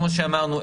כמו שאמרנו,